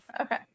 Okay